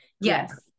Yes